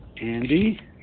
Andy